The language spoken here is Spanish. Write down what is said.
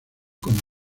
con